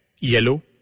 yellow